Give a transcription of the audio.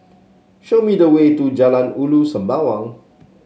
show me the way to Jalan Ulu Sembawang